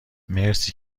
مرسی